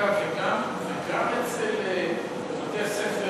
הח"כים הלכתי מייד לבדוק,